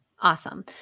Awesome